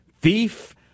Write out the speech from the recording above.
thief